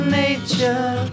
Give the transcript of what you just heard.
nature